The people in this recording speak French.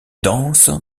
danse